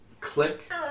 click